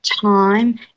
time